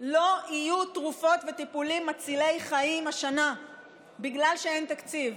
שלא יהיו תרופות וטיפולים מצילי חיים השנה בגלל שאין תקציב,